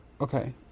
okay